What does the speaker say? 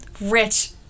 rich